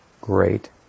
great